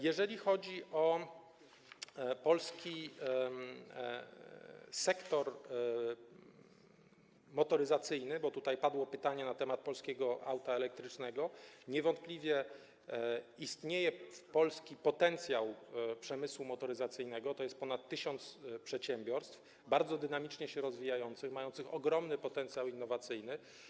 Jeżeli chodzi o polski sektor motoryzacyjny, bo tutaj padło pytanie o polskie auto elektryczne, niewątpliwie istnieje polski potencjał przemysłu motoryzacyjnego, tj. ponad 1000 przedsiębiorstw bardzo dynamicznie się rozwijających, mających ogromny potencjał innowacyjny.